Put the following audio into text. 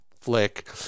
Flick